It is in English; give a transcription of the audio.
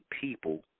people